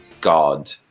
God